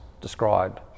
described